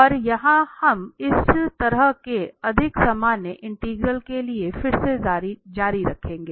और यहां हम इस तरह के अधिक सामान्य इंटीग्रल के लिए फिर से जारी रखेंगे